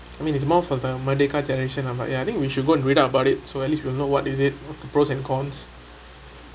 I mean it's more for the merdeka generation lah but ya I think we should go and read up about it so at least we know what is it what's the pros and cons